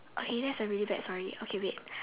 okay that's a really bad story okay wait